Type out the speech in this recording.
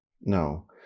No